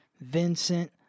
Vincent